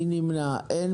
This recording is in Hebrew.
מי נמנע הצבעה הסעיף אושר.